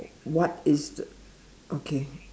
what is the okay